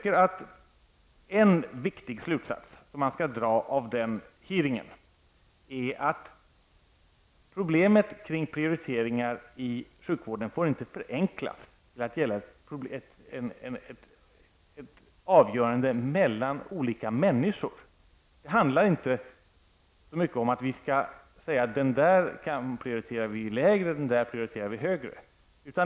En viktig slutsats som man kan dra av den hearingen är att problemet med prioriteringar i sjukvården inte får förenklas till att gälla ett avgörande mellan olika människor. Det handlar inte så mycket om att vi skall säga att den ena personen prioriterar vi högre eller lägre än den andra.